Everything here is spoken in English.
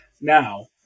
Now